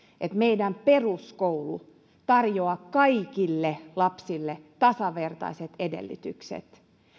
että meidän peruskoulu tarjoaa kaikille lapsille tasavertaiset edellytykset